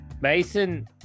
Mason